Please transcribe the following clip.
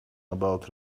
about